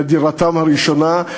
מחירי דירתם הראשונה,